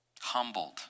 humbled